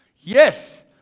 yes